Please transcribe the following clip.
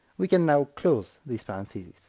we can now close this parenthesis.